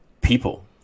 people